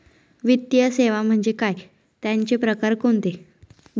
वित्तीय सेवा म्हणजे काय? त्यांचे प्रकार कोणते?